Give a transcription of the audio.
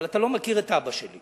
אבל אתה לא מכיר את אבא שלי.